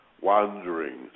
wandering